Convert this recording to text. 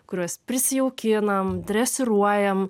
kuriuos prisijaukinam dresiruojam